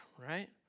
right